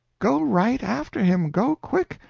go right after him go quick!